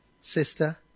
sister